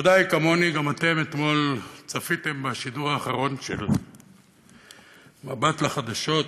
בוודאי כמוני גם אתם אתמול צפיתם בשידור האחרון של מבט לחדשות.